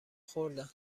خوردن